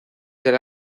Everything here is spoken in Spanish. del